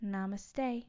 Namaste